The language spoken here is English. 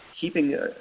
Keeping